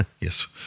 Yes